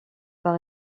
par